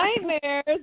Nightmares